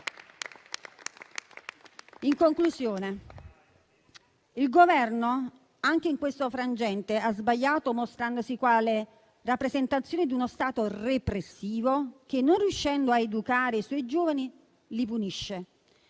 In conclusione, il Governo anche in questo frangente ha sbagliato, mostrandosi quale rappresentazione di uno Stato repressivo che, non riuscendo a educare i suoi giovani, li punisce.